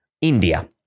India